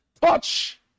touch